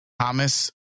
Thomas